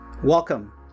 Welcome